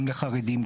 גם לחרדים,